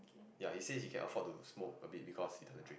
ya he say he can afford to smoke a bit because he doesn't drink